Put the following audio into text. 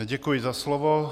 Děkuji za slovo.